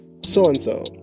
so-and-so